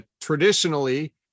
traditionally